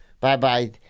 Bye-bye